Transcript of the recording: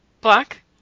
black